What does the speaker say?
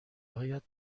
هایت